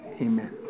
Amen